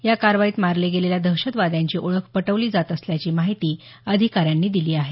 या कारवाईत मारले गेलेल्या दहशतवाद्यांची ओळख पटवली जात असल्याची माहिती अधिकाऱ्यांनी दिली आहे